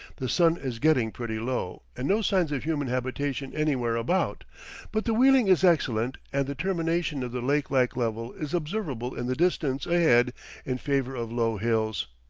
the sun is getting pretty low, and no signs of human habitation anywhere about but the wheeling is excellent, and the termination of the lake-like level is observable in the distance ahead in favor of low hills.